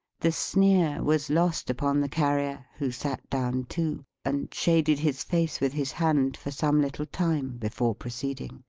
the sneer was lost upon the carrier, who sat down too and shaded his face with his hand, for some little time, before proceeding.